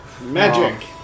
Magic